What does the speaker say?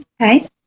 Okay